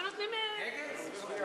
ההצעה להעביר את הצעת חוק סיוע